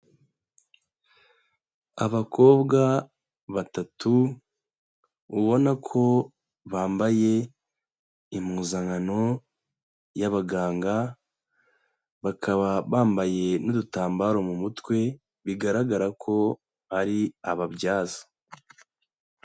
Abakobwa batatu ubona ko bambaye impuzankano y'abaganga bakaba bambaye n'udutambaro mu mutwe bigaragara ko ari ababyaza.